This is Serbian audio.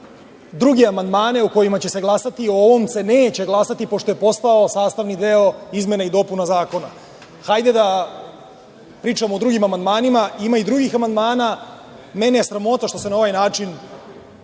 druge amandmane o kojima će se glasati. O ovom se neće glasati pošto je postao sastavni deo izmene i dopune zakona. Hajde da pričamo o drugim amandmanima, ima i drugih amandmana. Sramota me je što se na ovaj način